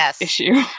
issue